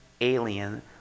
alien